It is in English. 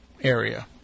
area